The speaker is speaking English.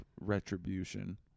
retribution